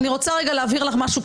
אני רוצה להבהיר לך משהו,